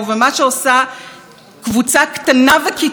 וקיצונית שמכתיבה את הטון לממשלה כולה,